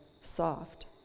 soft